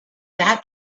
that